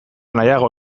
nahiago